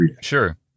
Sure